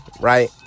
right